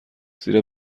زیرا